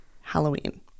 Halloween